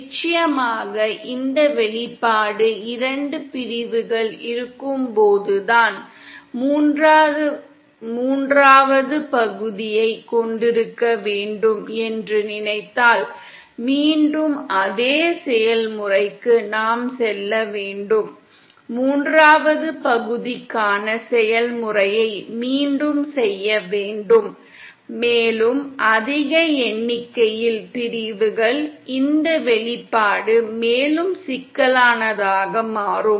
நிச்சயமாக இந்த வெளிப்பாடு 2 பிரிவுகள் இருக்கும்போதுதான் நடக்கிறது மூன்றாவது பகுதியைக் கொண்டிருக்க வேண்டும் என்று நினைத்தால் மீண்டும் அதே செயல்முறைக்கு நாம் செல்ல வேண்டும் மூன்றாவது பகுதிக்கான செயல்முறையை மீண்டும் செய்ய வேண்டும் மேலும் அதிக எண்ணிக்கையில் பிரிவுகள் இருந்தால் இந்த வெளிப்பாடு மேலும் சிக்கலானதாக மாறும்